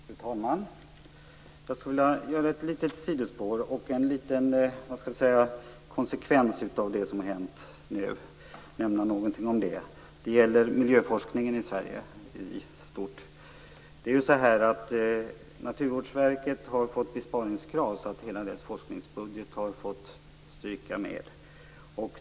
Fru talman! Jag skulle vilja göra ett litet sidospår och nämna något om konsekvensen av det som nu har hänt. Det gäller miljöforskningen i Sverige i stort. Naturvårdsverket har fått sådana besparingskrav att hela dess forskningsbudget har strykt med.